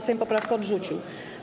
Sejm poprawkę odrzucił.